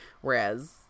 whereas